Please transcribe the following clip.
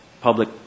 public